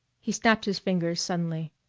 he snapped his fingers suddenly.